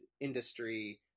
industry